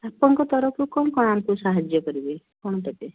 ଆପଣଙ୍କ ତରଫରୁ କ'ଣ କ'ଣ ଆମକୁ ସାହାଯ୍ୟ କରିବେ କ'ଣ ଦେବେ